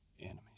enemies